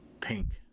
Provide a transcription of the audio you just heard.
pink